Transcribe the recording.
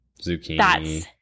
zucchini